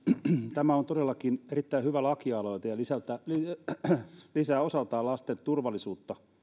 tämä on todellakin erittäin hyvä lakialoite ja lisää osaltaan lasten turvallisuutta